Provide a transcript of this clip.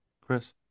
Chris